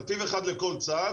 נתיב אחד לכל צד,